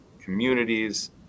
communities